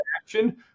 action